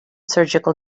surgical